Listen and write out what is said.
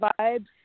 vibes